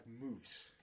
moves